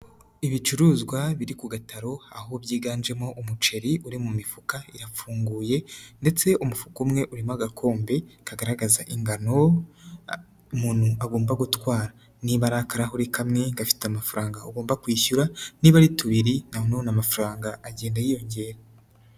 Ibicuruzwa biri ku gataro aho byiganjemo umuceri uri mu mifuka yafunguye, ndetse umufuka umwe urimo agakombe, kagaragaza ingano, umuntu agomba gutwara. Niba ari akarahuri kamwe gafite amafaranga ugomba kwishyura, niba ari tubiri nanone amafaranga agenda yiyongera.